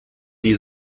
die